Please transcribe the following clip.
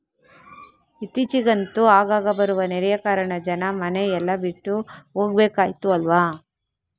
ಇತ್ತೀಚಿಗಂತೂ ಆಗಾಗ ಬರುವ ನೆರೆಯ ಕಾರಣ ಜನ ಮನೆ ಎಲ್ಲ ಬಿಟ್ಟು ಹೋಗ್ಬೇಕಾಯ್ತು ಅಲ್ವಾ